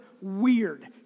weird